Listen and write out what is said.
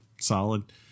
solid